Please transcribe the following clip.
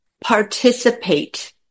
participate